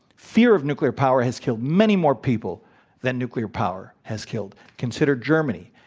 fear of nuclear power has killed many more people than nuclear power has killed. consider germany.